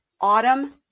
Autumn